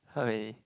[huh] really